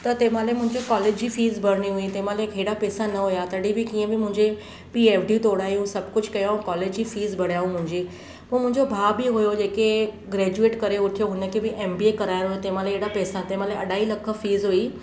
त तंहिं महिल मुंहिंजे कॉलेज जी फीस भरिणी हुई तंहिं महिल हेॾा पेसा न हुया तॾहिं बि कीअं बि मुंहिंजे पीउ ऐफ डी तोड़ायूं सभु कुझु कयाऊं कॉलेज जी फीस भरियाऊं मुंहिंजी पोइ मुंहिंजो भाउ बि हुयो जेको ग्रैजुएट करे उथियो हुन खे बि एम बी ए करायो तंहिं महिल हेॾा पेसा तंहिं महिल अढाई लख फीस हुई